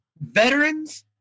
veterans